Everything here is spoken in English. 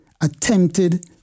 attempted